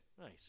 Nice